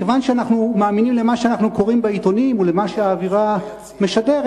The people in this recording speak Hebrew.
כיוון שאנחנו מאמינים למה שאנחנו קוראים בעיתונים ולמה שהאווירה משדרת,